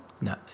No